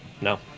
No